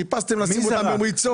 חיפשתם לשים אותם על מריצות.